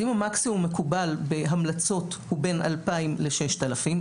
אם המקסימום מקובל בהמלצות הוא בין 2,000 ל-6,000,